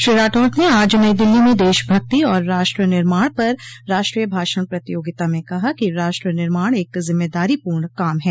श्री राठौड ने आज नई दिल्ली में देशभक्ति और राष्ट्र निर्माण पर राष्ट्रीय भाषण प्रतियोगिता में कहा कि राष्ट्र निर्माण एक जिम्मेदारीपूर्ण काम है